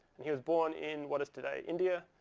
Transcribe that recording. and he was born in what is today india.